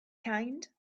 kind